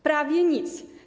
Prawie nic.